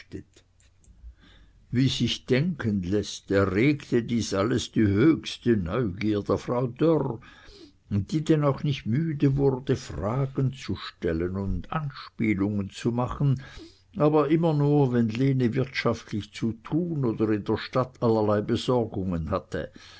wie sich denken läßt erregte dies alles die höchste neugier der frau dörr die denn auch nicht müde wurde fragen zu stellen und anspielungen zu machen aber immer nur wenn lene wirtschaftlich zu tun oder in der stadt allerlei besorgungen hatte